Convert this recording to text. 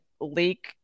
leak